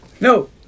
No